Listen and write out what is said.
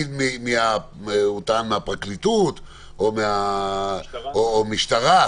מהפרקליטות או מהמשטרה.